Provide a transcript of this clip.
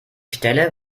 stelle